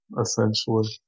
essentially